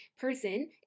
person